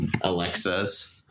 Alexas